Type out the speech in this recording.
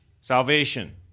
salvation